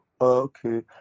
okay